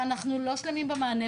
ואנחנו לא שלמים במענה,